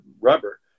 rubber